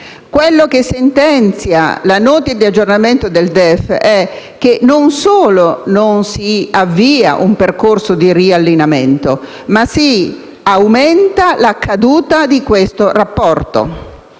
Quello che sentenzia la Nota di aggiornamento del DEF è che, non solo non si avvia un percorso di riallineamento, ma si aumenta la caduta di questo rapporto